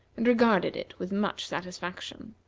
and regarded it with much satisfaction.